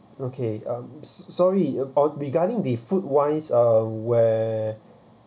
okay um sorry about regarding the food wise uh where